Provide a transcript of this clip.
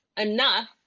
enough